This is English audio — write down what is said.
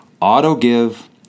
auto-give